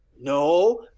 No